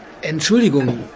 Entschuldigung